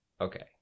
Okay